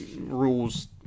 rules